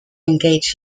engage